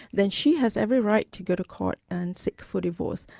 then she has every right to go to court and seek for divorce.